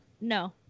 no